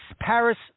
Paris